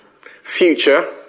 future